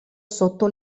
sotto